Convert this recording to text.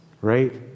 right